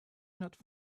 not